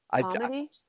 Comedy